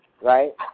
right